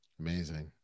Amazing